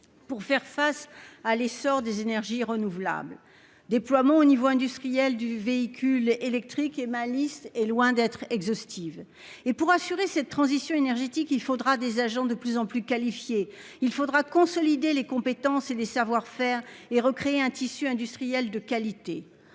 pour faire face à l'essor des énergies renouvelables, déploiement au niveau industriel du véhicule électrique ... La liste est loin d'être exhaustive. Pour assurer cette transition énergétique, il faudra des agents de plus en plus qualifiés. Il sera nécessaire de consolider les compétences et les savoir-faire et de recréer un tissu industriel de qualité.